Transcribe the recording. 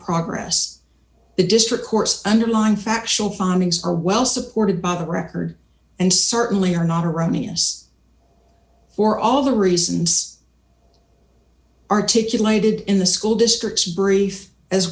progress the district courts underline factual findings are well supported by the record and certainly are not erroneous for all the reasons articulated in the school districts brief as